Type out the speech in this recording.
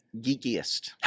geekiest